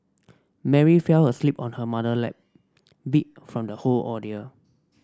Mary fell asleep on her mother lap beat from the whole ordeal